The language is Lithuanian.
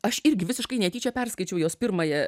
aš irgi visiškai netyčia perskaičiau jos pirmąją